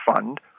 Fund